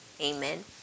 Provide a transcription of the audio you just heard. Amen